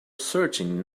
searching